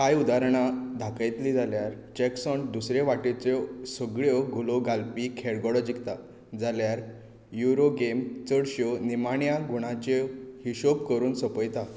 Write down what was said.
काय उदाहरणां दाखयतलीं जाल्यार चॅकर्सांत दुसरे वटेंच्यो सगळ्यो घुलो घेवपी खेळगडो जिखता जाल्यार युरोगेम चडश्यो निमाण्या गुणांचे हिशेब करून सोंपयतात